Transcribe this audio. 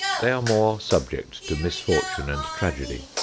they are more subject to misfortune and tragedy.